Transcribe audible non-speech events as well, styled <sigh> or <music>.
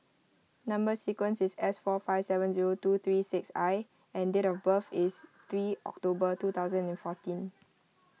Number Sequence is S four five seven zero two three six I and date of <noise> birth is three October two thousand and fourteen